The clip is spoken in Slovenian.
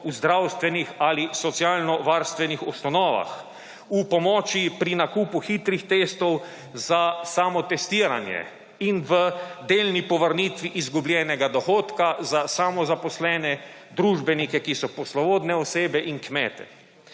v zdravstvenih ali socialnovarstvenih ustanovah, v pomoči pri nakupi hitrih testov za samotestiranje in v delni povrnitvi izgubljenega dohodka za samozaposlene, družbenike, ki so poslovodne osebe, in kmete.